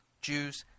Jews